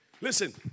Listen